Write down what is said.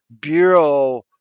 Bureau